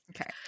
Okay